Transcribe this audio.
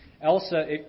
Elsa